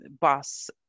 bus